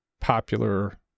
popular